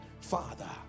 Father